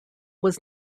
was